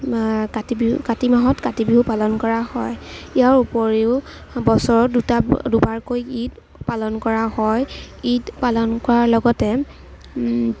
কাতি বিহু কাতি মাহত কাতি বিহু পালন কৰা হয় ইয়াৰ উপৰিও বছৰত দুটা দুবাৰকৈ ঈদ পালন কৰা হয় ঈদ পালন কৰাৰ লগতে